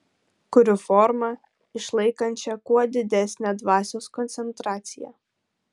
kuriu formą išlaikančią kuo didesnę dvasios koncentraciją